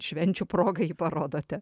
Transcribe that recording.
švenčių proga jį parodote